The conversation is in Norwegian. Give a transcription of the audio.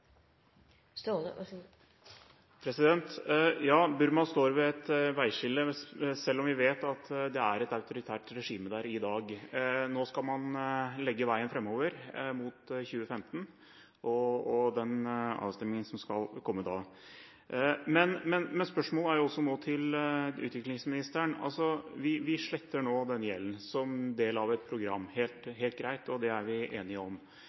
fornøyde med, så takk for tilslutningen fra Stortinget til det. Det blir replikkordskifte. Ja, Burma står ved et veiskille, selv om vi vet at det er et autoritært regime der i dag. Nå skal man legge veien framover mot 2015 og den avstemningen som skal komme da. Men jeg har et spørsmål nå til utviklingsministeren. Vi sletter nå gjelden som del av et program. Det er helt greit, det er vi enige om.